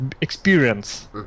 experience